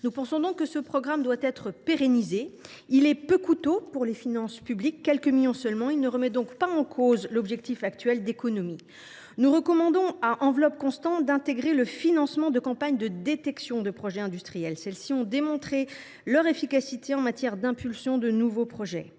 Nous pensons donc que ce programme doit être pérennisé. Il est peu coûteux pour les finances publiques – quelques millions d’euros seulement. Il ne remet donc pas en cause l’objectif actuel d’économie. Nous recommandons d’y intégrer, à enveloppe constante, le financement de campagnes de détection de projets industriels, celles ci ayant démontré leur efficacité en matière d’impulsion de nouveaux projets.